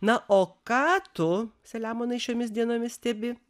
na o ką tu selemonai šiomis dienomis stebi